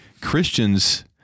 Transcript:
Christians